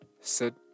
sit